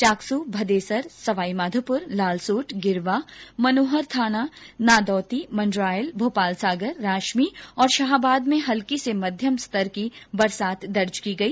Chaksu Bhadesar Sawai Madhopur Lalsot Girwa Manohar Thana Nadoti Mandrayal Bhopalsagar Rashmi और शाहबाद में हल्की से मध्यम बरसात दर्ज की गई